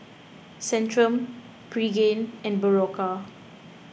Centrum Pregain and Berocca